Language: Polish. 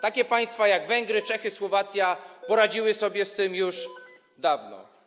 Takie państwa jak Węgry, Czechy, Słowacja poradziły sobie z tym już dawno.